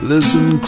Listen